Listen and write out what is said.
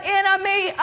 enemy